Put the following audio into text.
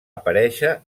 aparèixer